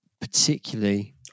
particularly